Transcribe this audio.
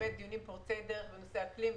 באמת דיונים פורצי דרך בנושא אקלים,